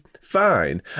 fine